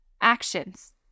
Actions